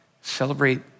celebrate